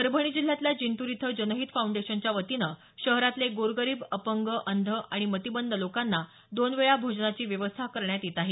परभणी जिल्ह्यातल्या जिंतूर इथं जनहित फाऊंडेशनच्या वतीनं शहरातले गोरगरीब अपंग अंध आणि मतीमंद लोकांना दोनवेळा भोजनाची व्यवस्था करण्यात येत आहे